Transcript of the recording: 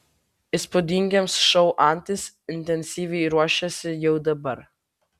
įspūdingiems šou antis intensyviai ruošiasi jau dabar